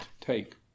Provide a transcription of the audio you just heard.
take